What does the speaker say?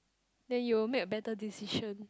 then you will make a better decision